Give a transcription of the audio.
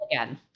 again